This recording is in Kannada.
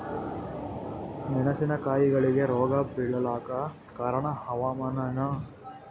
ಮೆಣಸಿನ ಕಾಯಿಗಳಿಗಿ ರೋಗ ಬಿಳಲಾಕ ಕಾರಣ ಹವಾಮಾನನೇ?